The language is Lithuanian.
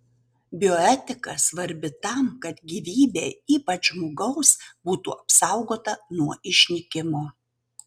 bioetika svarbi tam kad gyvybė ypač žmogaus būtų apsaugota nuo išnykimo